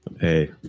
hey